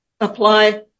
apply